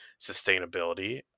sustainability